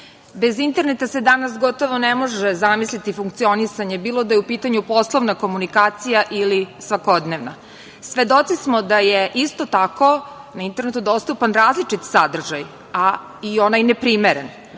interneta se danas gotovo ne može zamisliti funkcionisanje, bilo da je u pitanju poslovna komunikacija ili svakodnevna. Svedoci smo da je isto tako na internetu dostupan različit sadržaj i onaj neprimeren.